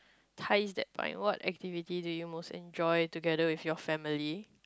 ties that bind what activity do you most enjoy together with your family